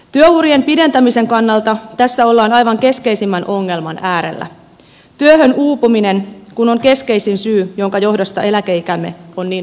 työurien pidentämisen kannalta tässä ollaan aivan keskeisimmän ongelman äärellä työhön uupuminen kun on keskeisin syy jonka johdosta eläkeikämme on niin varsin matala